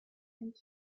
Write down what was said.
and